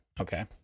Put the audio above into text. okay